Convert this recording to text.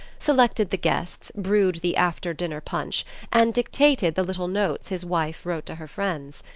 selected the guests, brewed the after-dinner punch and dictated the little notes his wife wrote to her friends.